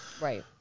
Right